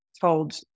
told